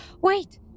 wait